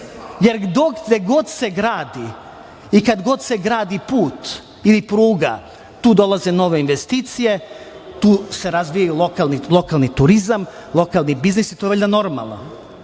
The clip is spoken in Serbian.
cilj! Kad se gradi i dok god se gradi put ili pruga tu dolaze nove investicije, tu se razvija lokalni turizam, lokalni biznisi i to je valjda normalno,